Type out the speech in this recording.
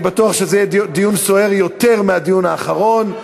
אני בטוח שזה יהיה דיון סוער יותר מהדיון האחרון.